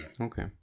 okay